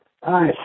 Hi